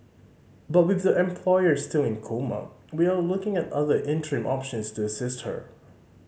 but with the employer still in coma we are looking at other interim options to assist her